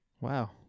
Wow